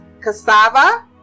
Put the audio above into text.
cassava